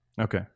Okay